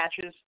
matches